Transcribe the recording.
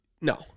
No